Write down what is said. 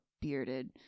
bearded